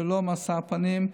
ללא משוא פנים,